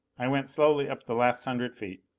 i went slowly up the last hundred feet.